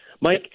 Mike